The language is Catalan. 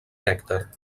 nèctar